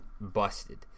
busted